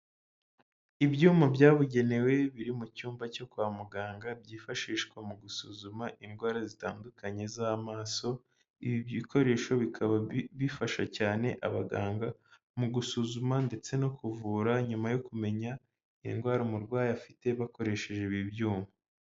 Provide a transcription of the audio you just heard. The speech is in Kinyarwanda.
Ibyuma byabugenewe biri mu cyumba cyo kwa muganga, byifashishwa mu gusuzuma indwara zitandukanye z'amaso, ibi bikoresho bikaba bifasha cyane abaganga mu gusuzuma ndetse no kuvura nyuma yo kumenya, indwara umurwayi afite bakoresheje ibi byuma.